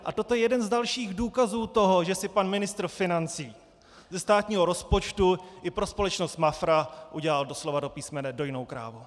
A toto je jeden z dalších důkazů toho, že si pan ministr financí ze státního rozpočtu i pro společnost Mafra udělal doslova a do písmene dojnou krávu.